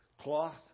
cloth